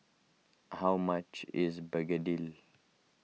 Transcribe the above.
how much is Begedil